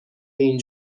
این